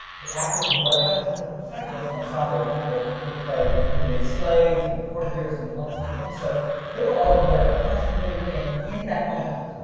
the actors in whatever because it's a fabulous ensemble of people who play nubian slaves and courtiers and all these things at once so they were all in whatever costume they were in, in that moment.